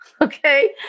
Okay